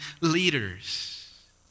leaders